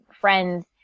friends